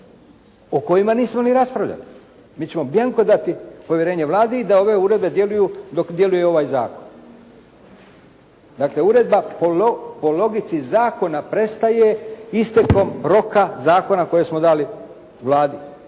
o kojima nismo ni raspravljali. Mi ćemo bianco dati povjerenje Vladi da ove uredbe djeluju dok djeluje ovaj zakon. Dakle, uredba po logici zakona prestaje istekom roka zakona koje smo dali Vladi